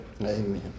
Amen